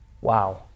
Wow